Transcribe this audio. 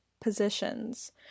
positions